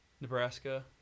Nebraska